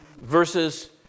versus